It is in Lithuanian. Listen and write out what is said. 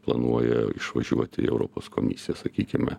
planuoja išvažiuoti į europos komisiją sakykime